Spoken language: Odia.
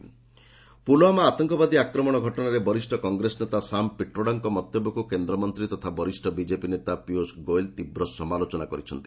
ହାଇଦରାବାଦ ପୀୟୁଷ ପୁଲୱାମା ଆତଙ୍କବାଦୀ ଆକ୍ରମଣ ଘଟଣାରେ ବରିଷ୍ଣ କଂଗ୍ରେସ ନେତା ସାମ୍ ପିଟ୍ରୋଡାଙ୍କ ମନ୍ତବ୍ୟକୁ କେନ୍ଦ୍ରମନ୍ତ୍ରୀ ତଥା ବରିଷ୍ଠ ବିଜେପି ନେତା ପୀୟୁଷ ଗୋଏଲ୍ ତୀବ୍ ସମାଲୋଚନା କରିଛନ୍ତି